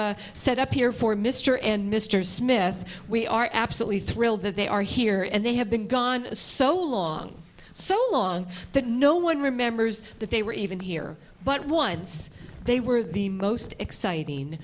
set up here for mr and mr smith we are absolutely thrilled that they are here and they have been gone so long so long that no one remembers that they were even here but once they were the most exciting